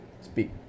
speak